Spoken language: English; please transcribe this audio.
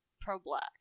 pro-black